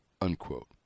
unquote